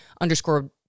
underscore